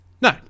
No